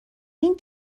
این